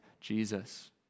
Jesus